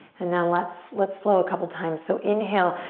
and now let's let's flow a couple times. so inhale.